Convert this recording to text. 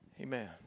Amen